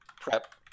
prep